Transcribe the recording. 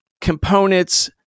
components